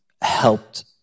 helped